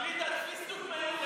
גלידת פיסטוק מיוחדת.